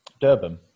Durban